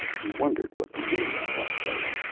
he wondered what the indians must think.